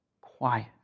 Quiet